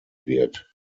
wird